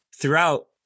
throughout